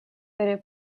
vere